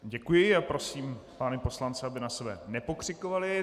Děkuji a prosím pány poslance, aby na sebe nepokřikovali.